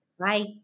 Bye